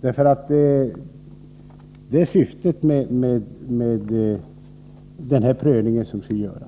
Det är syftet med den prövning som skall göras.